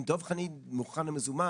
אם דב חנין מוכן ומזומן,